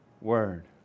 word